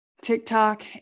TikTok